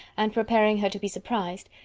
and preparing her to be surprised,